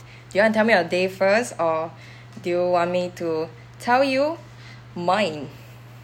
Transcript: you wanna tell me your day first or do you want me to tell you mine